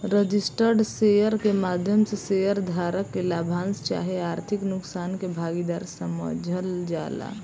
registered share के माध्यम से शेयर धारक के लाभांश चाहे आर्थिक नुकसान के भागीदार समझल जाला